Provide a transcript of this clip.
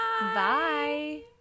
bye